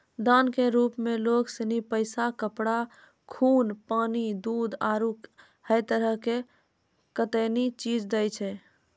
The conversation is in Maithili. दान के रुप मे लोग सनी पैसा, कपड़ा, खून, पानी, दूध, आरु है तरह के कतेनी चीज दैय छै